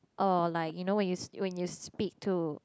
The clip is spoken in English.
or like you know when you when you speak to